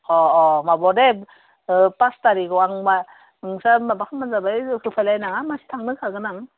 अ अ माबायाव दे पास तारिगाव आं नोंसोरहा माबा खालामबानो जाबाय खस्थ' खालामनाङा मानसि थांनो होखागोन आं